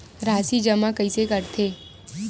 राशि जमा कइसे करथे?